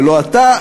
ולא אתה,